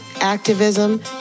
activism